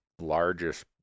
largest